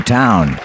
town